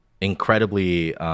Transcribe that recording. incredibly